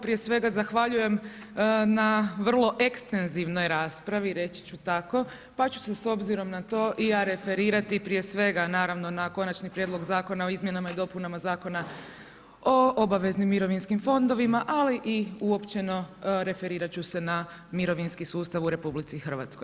Prije svega zahvaljujem na vrlo ekstenzivnoj raspravi, reći ću tako, pa ću se s obzirom na to i ja referirati prije svega naravno na Konačni prijedlog Zakona o izmjenama i dopunama Zakona o obveznim mirovinskim fondovima, ali i uopće referirat ću se na mirovinski sustav u RH.